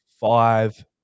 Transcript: five